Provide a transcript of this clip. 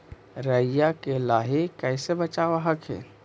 राईया के लाहि कैसे बचाब हखिन?